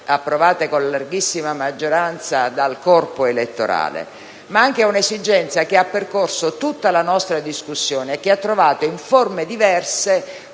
approvate con larghissima maggioranza, dal corpo elettorale. Testimonia però anche una esigenza che ha percorso tutta la nostra discussione e ha trovato, in forme diverse,